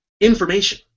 information